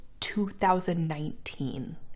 2019